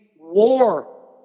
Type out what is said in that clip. war